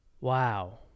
wow